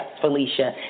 Felicia